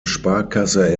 sparkasse